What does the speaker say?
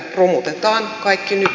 arvoisa rouva puhemies